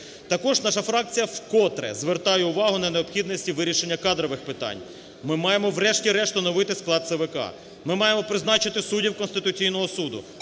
Також наша фракція вкотре звертає увагу на необхідності вирішення кадрових питань. Ми маємо врешті-решт оновити склад ЦВК. Ми маємо призначити суддів Конституційного Суду.